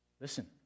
Listen